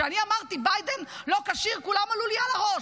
כשאני אמרתי, ביידן לא כשיר, כולם עלו לי על הראש.